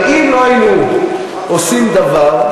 אבל אם לא היינו עושים דבר,